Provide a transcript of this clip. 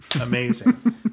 amazing